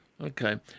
Okay